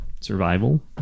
Survival